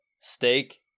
steak